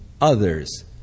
others